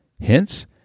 Hence